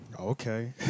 okay